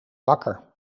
wakker